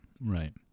Right